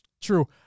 true